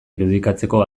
irudikatzeko